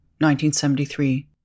1973